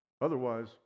Otherwise